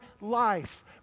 life